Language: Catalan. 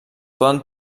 poden